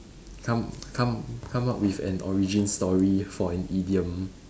come come come up with an origin story for an idiom